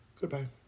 Goodbye